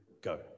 go